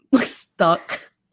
stuck